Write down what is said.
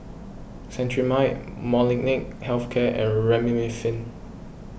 Cetrimide Molnylcke Health Care and Remifemin